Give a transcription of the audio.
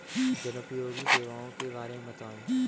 जनोपयोगी सेवाओं के बारे में बताएँ?